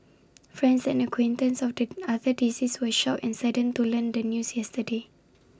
friends and acquaintances of the other deceased were shocked and saddened to learn the news yesterday